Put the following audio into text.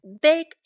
big